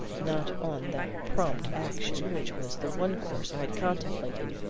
not on that prompt action which was the one course i had contemplated,